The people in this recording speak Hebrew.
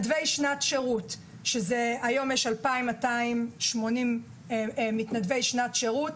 היום יש 2,280 מתנדבי שנת שירות,